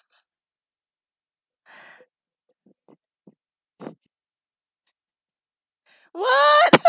what